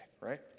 right